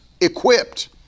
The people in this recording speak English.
equipped